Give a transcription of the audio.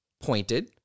pointed